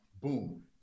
boom